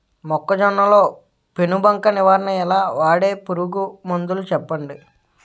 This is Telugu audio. మొక్కజొన్న లో పెను బంక నివారణ ఎలా? వాడే పురుగు మందులు చెప్పండి?